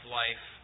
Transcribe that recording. life